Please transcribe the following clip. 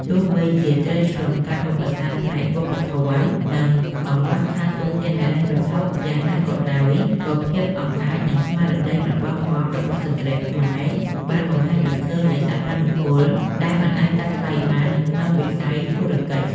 ទោះបីជាត្រូវឆ្លងកាត់ឧបសគ្គផ្នែកវប្បធម៌ និងកង្វះខាតធនធានហិរញ្ញវត្ថុយ៉ាងណាក៏ដោយ ក៏ភាពអង់អាច និងស្មារតីមិនបោះបង់របស់ស្ត្រីខ្មែរ បានបង្ហាញឱ្យឃើញនូវសក្ដានុពលដែលមិនអាចកាត់ថ្លៃបាននៅក្នុងវិស័យធុរកិច្ច។